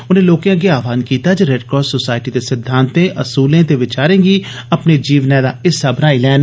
उनें लोकें अग्गे आहवान कीता जे रेडक्रास सोसाईटी दे सिद्वान्तें असूलें ते विचारें गी अपने जीवनै दा हिस्सा बनाइए लैन